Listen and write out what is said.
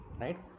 right